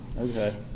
Okay